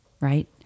right